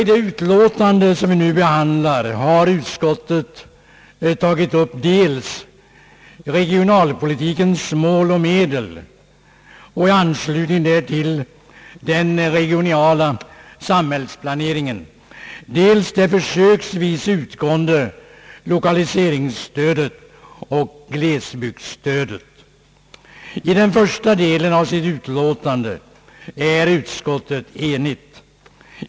I det utlåtande som vi nu behandlar har utskottet tagit upp dels regionalpolitikens mål och medel och i anslutning därtill den regionala samhällsplaneringen, dels det försöksvis utgående lokaliseringsstödet och glesbygdsstödet. I den första delen av sitt utlåtande är utskottet enigt.